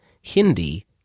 Hindi